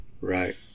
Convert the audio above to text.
Right